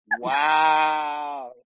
Wow